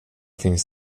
finns